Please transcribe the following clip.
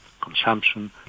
consumption